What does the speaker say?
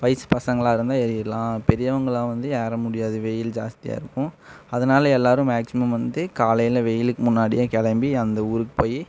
வயசு பசங்களாக இருந்தால் ஏறிடலாம் பெரியவங்கள்லாம் வந்து ஏற முடியாது வெயில் ஜாஸ்தியாக இருக்கும் அதனால் எல்லோரும் மேக்ஸிமம் வந்து காலையில் வெயிலுக்கு முன்னாடியே கிளம்பி அந்த ஊருக்கு போய்